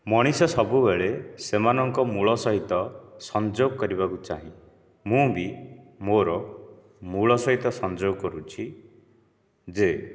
ମଣିଷ ସବୁବେଳେ ସେମାନଙ୍କ ମୂଳ ସହିତ ସଂଯୋଗ କରିବାକୁ ଚାହେଁ ମୁଁ ବି ମୋର ମୂଳ ସହିତ ସଂଯୋଗ କରୁଛି ଯେ